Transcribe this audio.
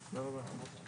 למנות.